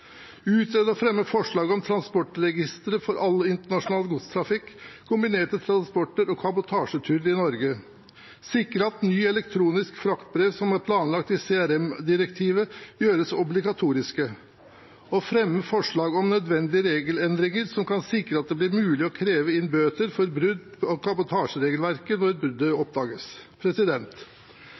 og fremme forslag om et transportregister for all internasjonal godstrafikk, kombinerte transporter og kabotasjeturer i Norge sikre at nye elektroniske fraktbrev som er planlagt i CRM-direktivet, gjøres obligatoriske fremme forslag om nødvendige regelendringer som kan sikre at det blir mulig å kreve inn bøter for brudd på kabotasjeregelverket når bruddet oppdages